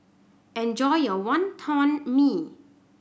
enjoy your Wonton Mee